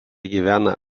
gyvena